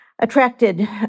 attracted